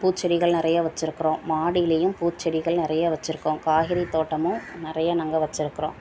பூச்செடிகள் நிறையா வச்சிருக்கிறோம் மாடிலேயும் பூச்செடிகள் நிறைய வச்சிருக்கோம் காய்கறி தோட்டம் நிறையா நாங்கள் வச்சிருக்கிறோம்